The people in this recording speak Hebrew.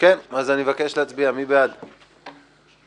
הסיעות נבחרו לפי גודלן,